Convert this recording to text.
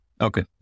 okay